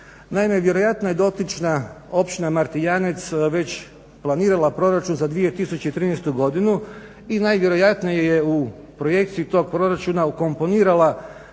Naime, vjerojatno je dotična Općina Martijanec već planirala proračun za 2013. godinu i najvjerojatnije je u projekciji tog proračuna ukomponirala